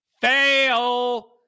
Fail